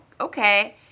Okay